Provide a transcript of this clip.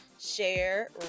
share